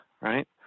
right